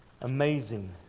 Amazing